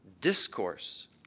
discourse